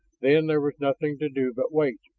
then there was nothing to do but wait.